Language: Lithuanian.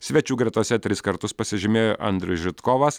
svečių gretose tris kartus pasižymėjo andrius žitkovas